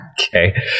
Okay